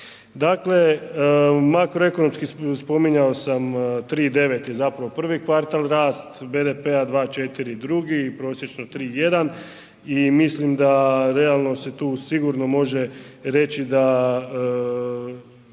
Dakle, makroekonomski spominjao sam 3 i 9 je zapravo prvi kvartal rast BDP-a, 2,4 drugi i prosječno 3,1 i mislim da realno se tu sigurno može reći da